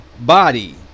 body